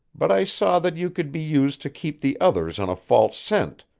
but i saw that you could be used to keep the others on a false scent,